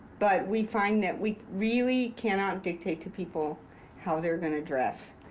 but we find that we really cannot dictate to people how they're gonna dress,